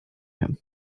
him